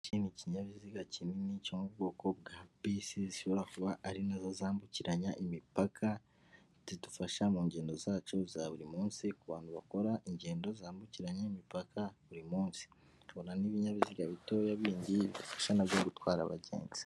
Iki ni ikinyabiziga kinini cyo mu bwoko bwa bisi zishobora kuba ari na zo zambukiranya imipaka, zidufasha mu ngendo zacu za buri munsi ku bantu bakora ingendo zambukiranya imipaka buri munsi. Tukabona n'ibinyabiziga bitoya bindi bidufasha na byo gutwara abagenzi.